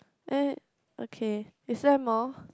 eh okay is there more